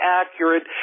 accurate